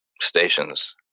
stations